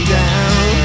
down